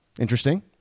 Interesting